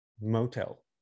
Motel